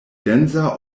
densa